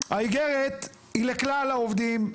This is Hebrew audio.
האגרת היא לכלל העובדים.